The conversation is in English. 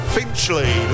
Finchley